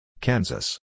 Kansas